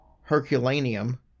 Herculaneum